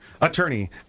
attorney